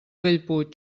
bellpuig